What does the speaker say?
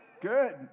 Good